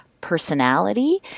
personality